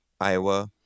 Iowa